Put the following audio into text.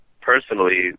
personally